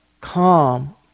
calm